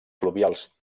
fluvials